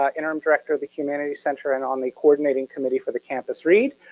ah interim director of the humanities center and on the coordinating committee for the campus read.